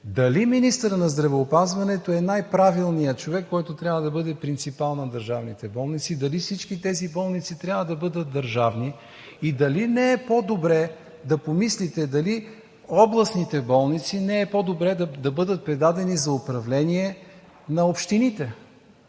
дали министърът на здравеопазването е най-правилният човек, който трябва да бъде принципал на държавните болници, и дали всички тези болници трябва да бъдат държавни, и дали не е по-добре да помислите, дали областните болници не е по-добре да бъдат предадени за управление на общините?